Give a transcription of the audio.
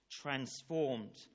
transformed